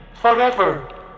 forever